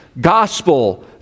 gospel